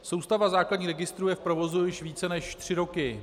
Soustava základních registrů je v provozu již více než tři roky.